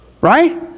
Right